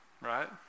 right